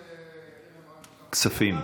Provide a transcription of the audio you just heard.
כספים?